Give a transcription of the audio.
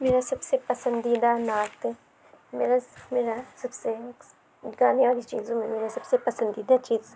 میرا سب سے پسندیدہ نعت میرا میرا سب سینگس گانے والی چیزوں میں میرا سب سے پسندیدہ چیز